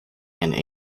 and